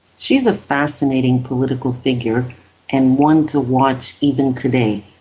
she is a fascinating political figure and one to watch even today.